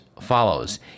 follows